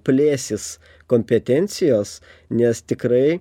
plėsis kompetencijos nes tikrai